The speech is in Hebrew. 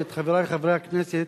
ואת חברי חברי הכנסת,